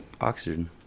oxygen